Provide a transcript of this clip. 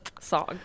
song